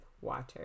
water